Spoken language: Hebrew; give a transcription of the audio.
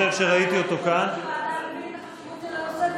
את החשיבות של הנושא,